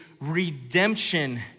redemption